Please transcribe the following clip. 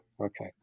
Okay